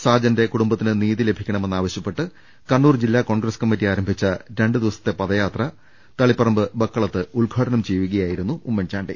സാജന്റെ കുടുംബത്തിന് നീതി ലഭിക്കണമെന്ന് ആവശ്യപ്പെട്ട് കണ്ണൂർ ജില്ലാ കോൺഗ്രസ് കമ്മിറ്റി ആരംഭിച്ച രണ്ടുദിവസത്തെ പദയാത്ര തളിപ്പറമ്പ് ബക്ക ളത്ത് ഉദ്ഘാടനം ചെയ്യുകയായിരുന്നു ഉമ്മൻചാണ്ടി